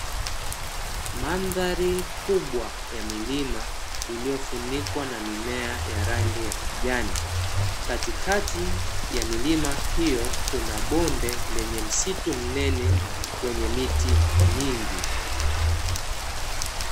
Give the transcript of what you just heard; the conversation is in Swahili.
Madhari kubwa ya milima iliyofunikwa na mimea ya rangi ya kijani, katikati ya milima hiyo kuna bonde lenye msitu mnene wenye miti mingi.